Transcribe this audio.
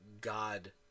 God